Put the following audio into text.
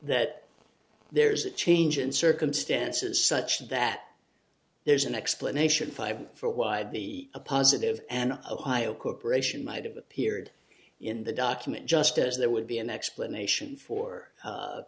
that there's a change in circumstances such that there's an explanation five for why the a positive and ohio corporation might have appeared in the document just as there would be an explanation for